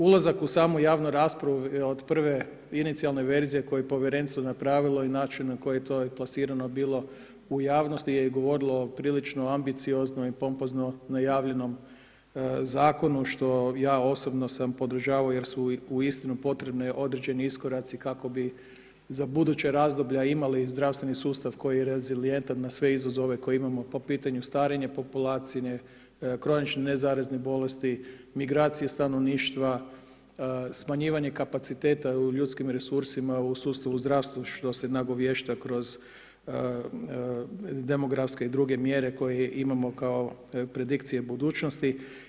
Ulazak u samu javnu raspravu od prve inicijalne verzije koju je Povjerenstvo napravilo i način na koji je to inplasirano bilo u javnosti je i govorilo o prilično ambicioznoj i pompozno najavljenom zakonu, što ja osobno sam podržavao jer su uistinu potrebne određeni iskoraci kako bi za buduća razdoblja imali zdravstveni sustav koji je reazilijentan na sve izazove koje imamo po pitanju starenja populacije, kronične nezarazne bolesti, migracije stanovništva, smanjivanje kapaciteta u ljudskim resursima u sustavu zdravstva, što se nagovješta kroz demografske i druge mjere koje imamo kao predikcije budućnosti.